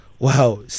Wow